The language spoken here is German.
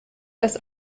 dass